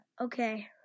okay